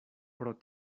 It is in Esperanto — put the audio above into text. pro